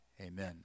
amen